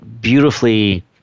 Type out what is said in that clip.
beautifully